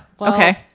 okay